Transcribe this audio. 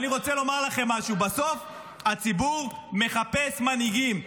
אני רוצה לומר לכם משהו: בסוף הציבור מחפש מנהיגים.